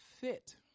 fit